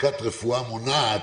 ובברכת רפואה מונעת,